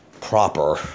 Proper